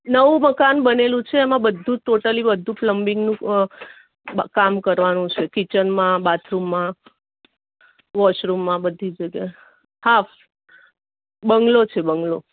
નવું મકાન બનેલું છે એમાં બધું જ ટોટલી બધું જ પ્લમ્બિંગનું કામ કરવાનું છે કીચનમાં બાથરૂમમાં વોશરૂમમાં બધી જ જગ્યાએ હા બંગલો છે બંગલો